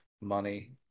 money